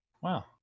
wow